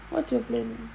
what's your plan